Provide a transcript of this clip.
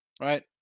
Right